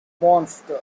monsters